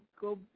go